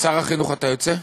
שר החינוך, אתה יוצא?